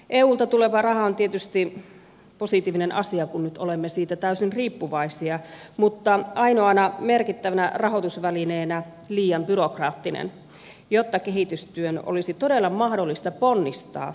eulta tuleva raha on tietysti positiivinen asia kun nyt olemme siitä täysin riippuvaisia mutta ainoana merkittävänä rahoitusvälineenä liian byrokraattinen jotta kehitystyön olisi todella mahdollista ponnistaa ruohonjuuritasolta